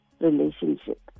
relationship